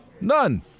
None